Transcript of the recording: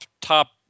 top